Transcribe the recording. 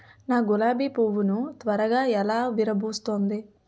నా గులాబి పువ్వు ను త్వరగా ఎలా విరభుస్తుంది?